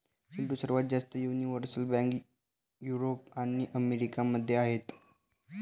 चिंटू, सर्वात जास्त universal bank Europe आणि अमेरिका मध्ये आहेत